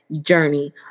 journey